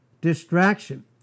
Distraction